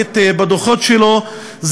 הערבית בדוחות שלו,